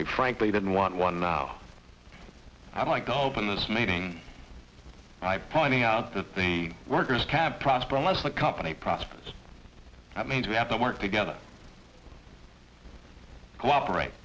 they frankly didn't want one now i'd like to hope in this meeting i pointing out that the workers kept prosper unless the company prosperous that means we have to work together cooperate